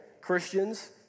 Christians